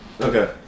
Okay